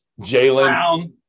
Jalen